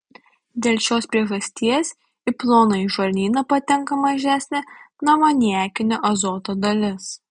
dėl šios priežasties į plonąjį žarnyną patenka mažesnė neamoniakinio azoto dalis